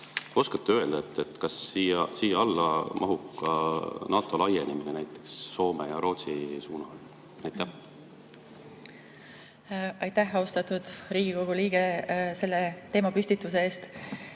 Oskate öelda, kas siia alla mahub ka NATO laienemine näiteks Soome ja Rootsi suunal? Aitäh, austatud Riigikogu liige, selle teema püstituse eest!